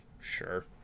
sure